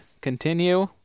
Continue